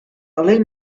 alleen